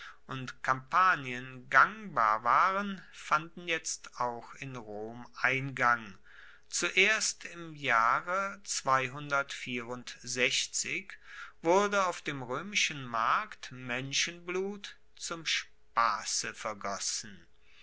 und kampanien gangbar waren fanden jetzt auch in rom eingang zuerst im jahre wurde auf dem roemischen markt menschenblut zum spasse vergossen